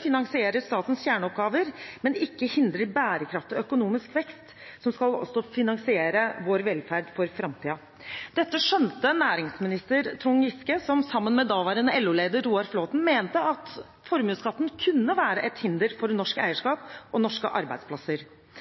finansierer statens kjerneoppgaver, men ikke hindrer bærekraftig økonomisk vekst, som også skal finansiere vår velferd for framtiden. Dette skjønte daværende næringsminister, Trond Giske, som sammen med daværende LO-leder, Roar Flåthen, mente at formuesskatten kunne være et hinder for norsk eierskap og norske arbeidsplasser.